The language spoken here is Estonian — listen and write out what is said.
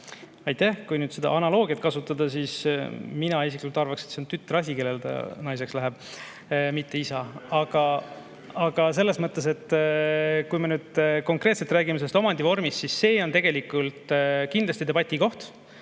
Aitäh! Kui nüüd seda analoogiat kasutada, siis mina isiklikult arvaks, et see on tütre asi, kellele ta naiseks läheb, mitte isa asi. Aga selles mõttes, et kui me nüüd konkreetselt räägime sellest omandivormist, siis see on kindlasti debatikoht